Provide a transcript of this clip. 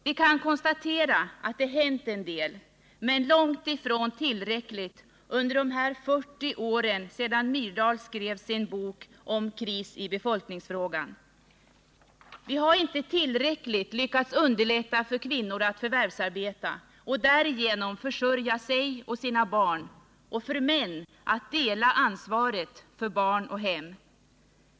Vi kan konstatera att det hänt en del, men långt ifrån tillräckligt, under de här 40 åren sedan Myrdals skrev sin bok Kris i befolkningsfrågan. Vi har inte tillräckligt lyckats underlätta för kvinnor att förvärvsarbeta och därigenom försörja sig och sina barn och för män att dela ansvaret för barn och hem.